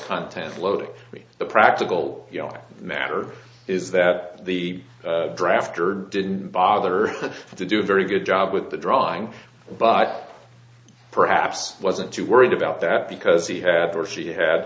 content loading the practical matter is that the drafter didn't bother to do a very good job with the drawing but perhaps wasn't too worried about that because he had or she ha